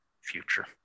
future